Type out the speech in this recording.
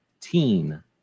Teen